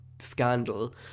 scandal